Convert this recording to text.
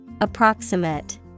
Approximate